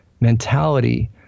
mentality